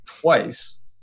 twice